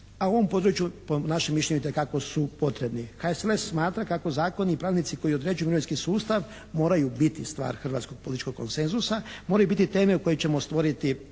a u ovom području po našem mišljenju itekako su potrebni. HSLS smatra kako zakoni i pravilnici koji određuju mirovinski sustav moraju biti stvar hrvatskog političkog konsenzusa, moraju biti teme u koje ćemo stvoriti